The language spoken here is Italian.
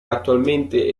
attualmente